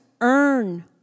earn